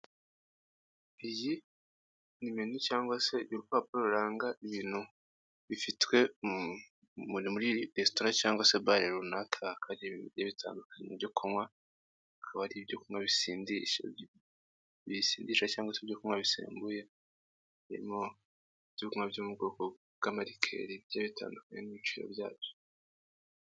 Iyi ni menu cyangwa se urupapuro ruranga ibintu bifitwe muri resitora cyangwa se bare runaka hakaba hariho ibintu bigiye bitandukanye byo kunywa, hakaba hariho ibyo kunywa bisindisha cyangwa se ibyo kunywa bisembuye birimo ibyo kunywa byo mu bwoko bwa'marikeri bigiye bitandukanye n'ibiciro byabyo.